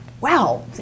wow